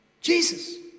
Jesus